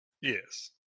Yes